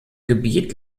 gebiet